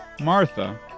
Martha